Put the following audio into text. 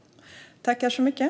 Tack för debatten!